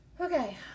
Okay